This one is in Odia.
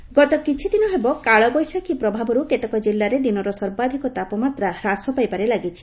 ପାଣିପାଗ ଗତ କିଛିଦିନ ହେବ କାଳବୈଶାଖୀ ପ୍ରଭାବରୁ କେତେକ ଜିଲ୍ଲାରେ ଦିନର ସର୍ବାଧିକ ତାପମାତ୍ରା ହ୍ରାସ ପାଇବାରେ ଲାଗିଛି